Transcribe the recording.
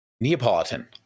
Neapolitan